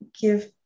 give